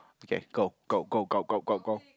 okay go go go go go go